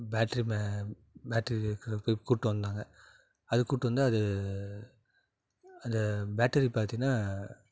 battery ப battery இருக்கிறவர போய் கூட்டி வந்தாங்க அது கூட்டி வந்து அது அந்த பேட்டரி பார்த்தீங்கன்னா